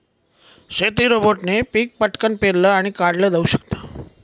शेती रोबोटने पिक पटकन पेरलं आणि काढल जाऊ शकत